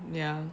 ya